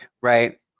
right